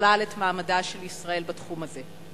ובכלל את מעמדה של ישראל בתחום הזה.